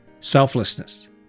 selflessness